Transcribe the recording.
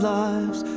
lives